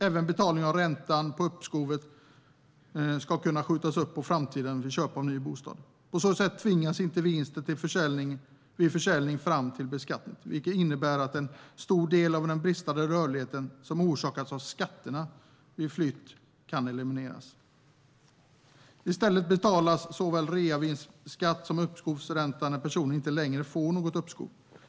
Även betalningen av räntan på uppskovet ska kunna skjutas upp vid köp av ny bostad. På så sätt tvingas inte vinsten vid försäljning fram till beskattning. Det innebär att en stor del av den bristande rörligheten som orsakats av skatterna vid flytt kan elimineras. I stället betalas såväl reavinstskatt som uppskovsräntan när personen inte längre får något uppskov.